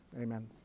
Amen